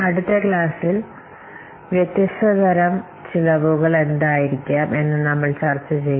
അടുത്ത ക്ലാസ്സിൽ വ്യത്യസ്ത തരം ചെലവുകൾ എന്തായിരിക്കാം എന്ന് നമ്മൾ ചർച്ച ചെയ്യും